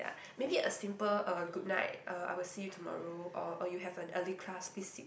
maybe a simple uh goodnight uh I will see you tomorrow or or you have an early class please sleep